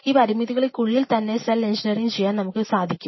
ഈ പരിമിതികൾക്കുള്ളിൽ തന്നെ സെൽ എഞ്ചിനീയറിംഗ് ചെയ്യാൻ നമുക്ക് കഴിയും